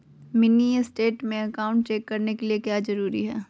Mini statement account check करने के लिए क्या क्या जरूरी है?